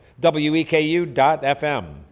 weku.fm